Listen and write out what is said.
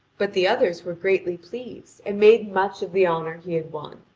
but the others were greatly pleased, and made much of the honour he had won.